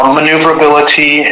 maneuverability